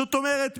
זאת אומרת,